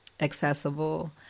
accessible